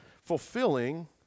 fulfilling